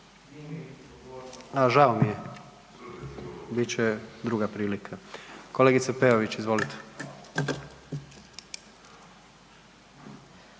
Žao mi je bit će druga prilika. Kolegice Peović, izvolite.